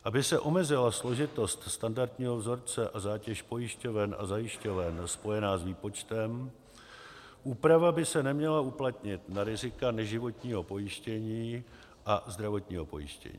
Aby se omezila složitost standardního vzorce a zátěž pojišťoven a zajišťoven spojená s výpočtem, úprava by se neměla uplatnit na rizika neživotního pojištění a zdravotního pojištění.